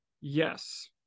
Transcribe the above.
Yes